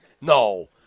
No